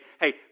hey